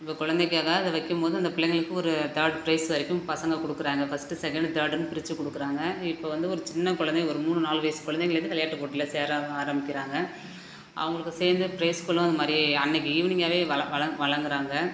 இப்போ கொழந்தைக்காக அதை வைக்கும் போது அந்த பிள்ளைங்களுக்கு ஒரு தேர்ட் பிரைஸ் வரைக்கும் பசங்கள் கொடுக்குறாங்க ஃபஸ்டு செகேண்டு தேர்ட்டுனு பிரிச்சு கொடுக்குறாங்க இப்போ வந்து ஒரு சின்ன கொழந்தை ஒரு மூணு நாலு வயசு கொழந்தைகலேந்து விளையாட்டு போட்டியில் சேர ஆரம்பிக்கிறாங்க அவங்களுக்கு சேர்ந்து பிரைஸ் கூட இந்த மாதிரி அன்றைக்கி ஈவினிங்காவே வல வல வழங்குறாங்க